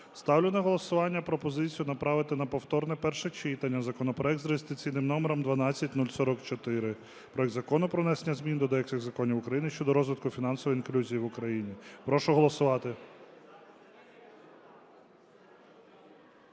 Ставлю на голосування пропозицію направити на повторне перше читання законопроект з реєстраційним номером 12044: проект Закону про внесення змін до деяких законів України щодо розвитку фінансової інклюзії в Україні. Прошу голосувати.